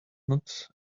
not